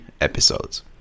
episodes